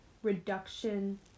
reduction